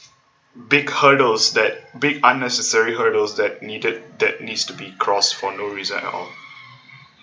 big hurdles that big unnecessary hurdles that needed that needs to be cross for no reason at all